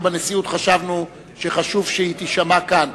אנחנו בנשיאות חשבנו שחשוב שהיא תישמע כאן,